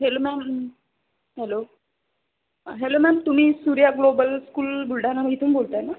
hello ma'am hello hello ma'am तुम्ही Surya global school Buldhana इथून बोलत आहे ना